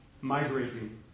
Migrating